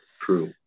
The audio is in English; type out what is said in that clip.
True